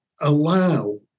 allow